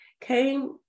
came